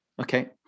Okay